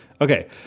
Okay